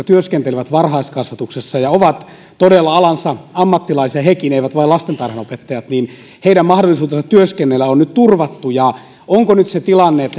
työskentelevät varhaiskasvatuksessa ja ovat todella alansa ammattilaisia hekin eivät vain lastentarhanopettajat onko heidän mahdollisuutensa työskennellä nyt turvattu onko nyt se tilanne